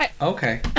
Okay